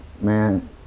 Man